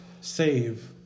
save